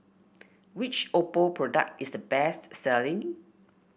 which Oppo product is the best selling